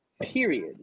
period